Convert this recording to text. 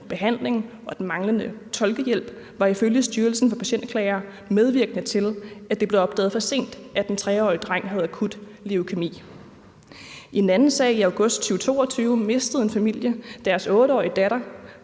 behandling og den manglende tolkehjælp var ifølge Styrelsen for Patientklager medvirkende til, at det blev opdaget for sent, at den 3-årige dreng havde akut leukæmi. I en anden sag fra august 2022 mistede en familie deres 8-årige datter,